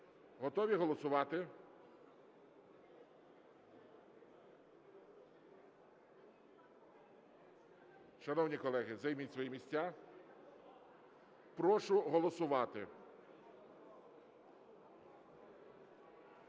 Готові голосувати? Шановні колеги, займіть свої місця. Прошу голосувати.